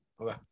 Okay